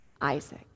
Isaac